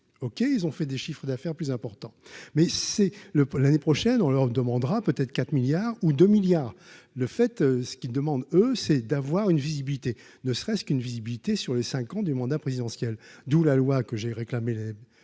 OK, ils ont fait des chiffres d'affaires plus important, mais c'est le pôle l'année prochaine on leur demandera peut être 4 milliards ou 2 milliards le fait ce qu'ils demandent, eux, c'est d'avoir une visibilité, ne serait-ce qu'une visibilité sur les 5 ans du mandat présidentiel, d'où la loi que j'ai réclamé